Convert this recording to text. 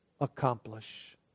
accomplish